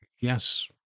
yes